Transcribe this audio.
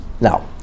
Now